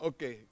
Okay